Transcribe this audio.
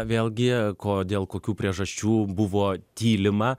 vėlgi ko dėl kokių priežasčių buvo tylima